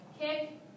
Kick